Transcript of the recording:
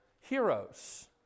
heroes